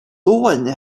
doing